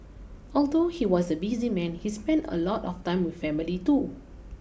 although he was a busy man he spent a lot of time with family too